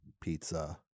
Pizza